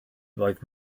roedd